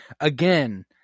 again